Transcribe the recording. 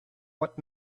what